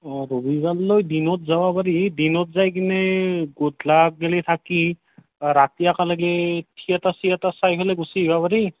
অঁ ৰবিবাৰলৈ দিনত যাব পাৰি দিনত যাই কিনে গধূলাকলেগি থাকি ৰাতি একেলগে থিয়েটাৰ চিয়েটাৰ চাই পেলাই গুচি আহিব পাৰি